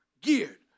geared